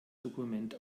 dokument